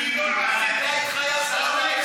מוותר, חלאס.